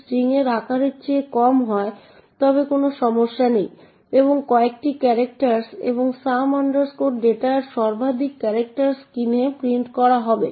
সুতরাং এই বার্তাটি একটি top secret message top secret message স্ক্রীনে প্রদর্শিত হবে